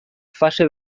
fase